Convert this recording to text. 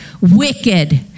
Wicked